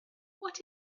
what